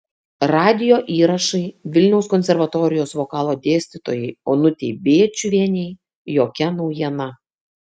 radijo įrašai vilniaus konservatorijos vokalo dėstytojai onutei bėčiuvienei jokia naujiena